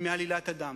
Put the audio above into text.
מעלילת הדם.